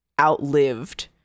outlived